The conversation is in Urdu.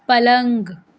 پلنگ